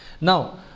Now